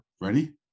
ready